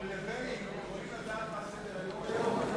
אנחנו יכולים לדעת מה סדר-היום היום?